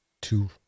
two